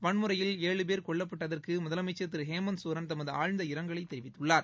வன்முறையில் பேர் கொல்லப்பட்டதற்கு முதலைச்சர் ஏழு திரு ஹேமந்த் சோரன் தமது ஆழ்ந்த இரங்கலை தெரிவித்துள்ளார்